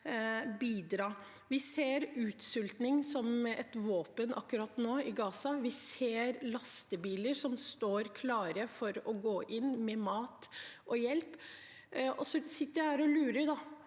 Vi ser utsulting som et våpen i Gaza akkurat nå. Vi ser lastebiler som står klare for å gå inn med mat og hjelp. Jeg sitter her og lurer,